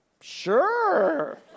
sure